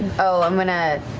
oh, i'm going to